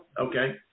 okay